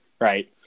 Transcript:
right